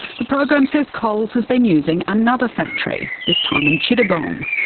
the program says coles has been using another factory, this time in chittagong.